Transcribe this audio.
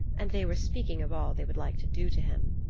and they were speaking of all they would like to do to him.